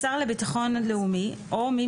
השר לביטחון לאומי או מי